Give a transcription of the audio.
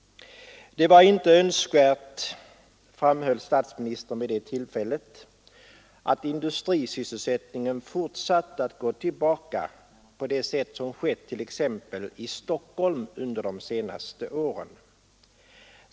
Det var inte önskvärt, framhöll statsministern vid det tillfället, att industrisysselsättningen fortsatte att gå tillbaka på det sätt som skett t.ex. i Stockholm under de senaste åren.